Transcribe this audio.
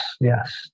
yes